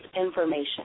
information